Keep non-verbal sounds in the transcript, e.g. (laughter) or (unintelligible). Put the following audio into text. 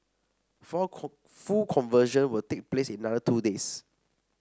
for (unintelligible) full conversion will take place in another two days